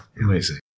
Amazing